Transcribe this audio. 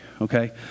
okay